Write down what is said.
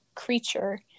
creature